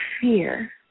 fear